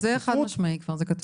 כן, זה חד משמעי, זה כבר כתוב.